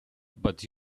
but